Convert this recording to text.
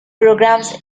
programmes